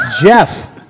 Jeff